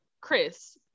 Chris